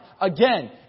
again